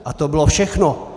A to bylo všechno.